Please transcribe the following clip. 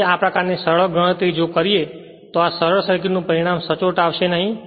તેથી આ પ્રકારની સરળ ગણતરી જો કરીએ તો આ સરળ સર્કિટ નું પરિણામ સચોટ આવશે નહી